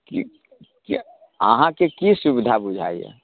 ठीक किए अहाँकेँ की सुविधा बुझाइया